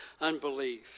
unbelief